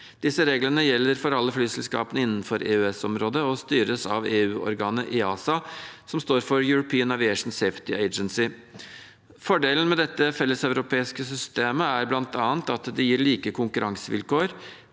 Disse reglene gjelder for alle flyselskaper innenfor EØS-området og styres av EU-organet EASA, som står for European Union Aviation Safety Agency. Fordelen med dette felleseuropeiske systemet er bl.a. at det gir like konkurransevilkår.